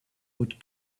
would